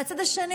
והצד השני,